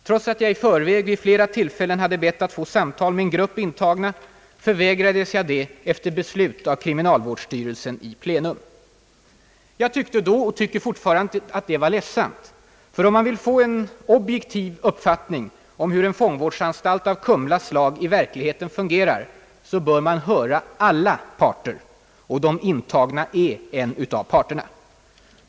Trots att jag i förväg vid flera tillfällen hade bett att få samtal med en grupp intagna, förvägrades jag detta efter beslut av kriminalvårdsstyrelsen i plenum. Jag tyckte då och tycker fortfarande att det var ledsamt. Om man nämligen vill få objektiv uppfattning om hur en fångvårdsanstalt av kumlatyp i verkligheten fungerar, bör man höra alla parter, och de intagna är en av dessa.